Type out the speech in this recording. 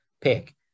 pick